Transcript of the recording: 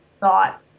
thought